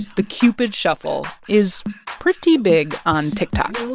the cupid shuffle, is pretty big on tiktok